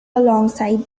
alongside